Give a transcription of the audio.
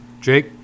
Jake